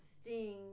Sting